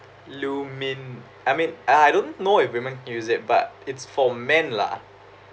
lumin I mean I I don't know if women can use it but it's for men lah